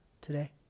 today